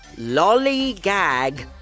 Lollygag